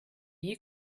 you